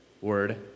word